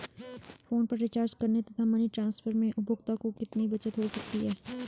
Phone पर recharge करने तथा मनी ट्रांसफर में उपभोक्ता को कितनी बचत हो सकती है?